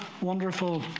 wonderful